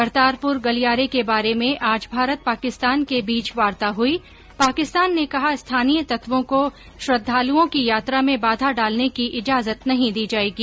करतारपुर गलियारे के बारे में आज भारत पाकिस्तान के बीच वार्ता हई पाकिस्तान ने कहा स्थानीय तत्वों को श्रद्दालुओं की यात्रा में बाधा डालने की इजाजत नहीं दी जायेगी